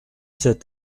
sept